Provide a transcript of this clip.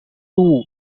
too